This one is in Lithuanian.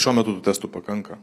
šiuo metu tų testų pakanka